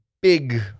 big